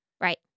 Right